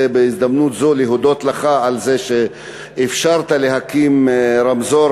בהזדמנות זו להודות לך על זה שאפשרת להקים רמזור